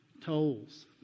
Tolls